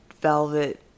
velvet